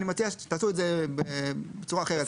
אני מציע שתעשו את זה בצורה אחרת.